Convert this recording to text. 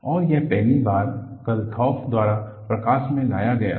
और यह पहली बार कलथॉफ द्वारा प्रकाश में लाया गया था